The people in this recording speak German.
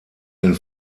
den